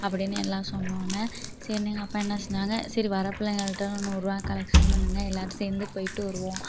அப்படின்னு எல்லாம் சொன்னோன்னே சரின்னு எங்கள் அப்பா என்ன செஞ்சாங்க சரி வர பிள்ளைங்கள்ட்டலாம் நூறுபா கலெக்ஷ்ன் பண்ணுங்க எல்லோரும் சேர்ந்து போயிட்டு வருவோம்